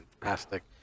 fantastic